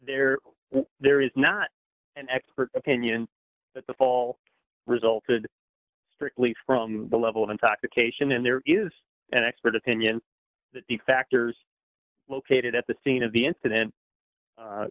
there there is not an expert opinion that the fall resulted strictly from the level of intoxication and there is an expert opinion that these factors located at the scene of the incident